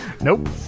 Nope